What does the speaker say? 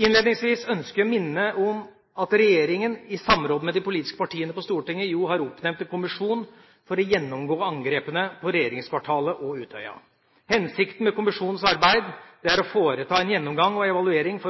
Innledningsvis ønsker jeg å minne om at regjeringa i samråd med de politiske partiene på Stortinget jo har oppnevnt en kommisjon for å gjennomgå angrepene på regjeringskvartalet og Utøya. Hensikten med kommisjonens arbeid er å foreta en gjennomgang og evaluering